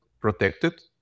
protected